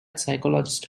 psychologist